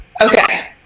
Okay